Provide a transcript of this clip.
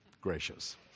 gracious